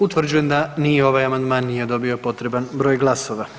Utvrđujem da ni ovaj amandman nije dobio potreban broj glasova.